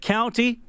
County